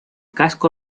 casco